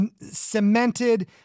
cemented